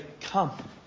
come